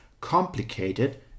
complicated